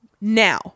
Now